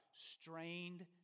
strained